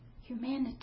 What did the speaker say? humanity